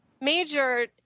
major